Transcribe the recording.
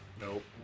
Nope